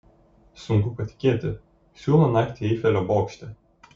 sunku patikėti siūlo naktį eifelio bokšte